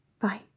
bye